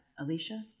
Alicia